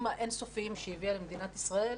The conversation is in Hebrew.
האין סופיים שהיא הביאה למדינת ישראל,